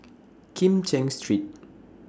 Kim Cheng Street